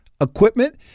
equipment